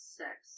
six